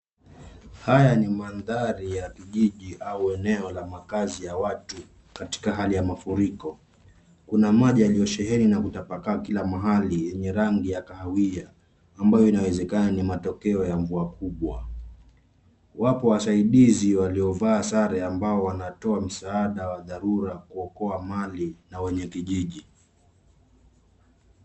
Haya ni mandhari ya kijiji au eneo la mkakazi ya watu katika hali ya mafuriko. Kuna maji yaliyosheheni na kutapaka kila mahali yenye rangi ya kahawia ambayo inawezekana ni matokeo ya mvua kubwa. Wapo wasaidizi waliovaa sare ambao wanatoa msaada wa dharura kuokoa mali na wenye kijiji.